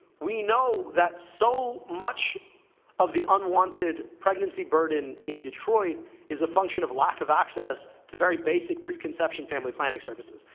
we know that so much of the unwanted pregnancy burden in detroit is a function of lack of access to very basic pre-conception family planning services.